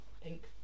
pink